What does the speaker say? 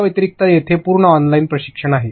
या व्यतिरिक्त येथे पूर्ण ऑनलाईन प्रशिक्षण आहे